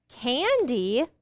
Candy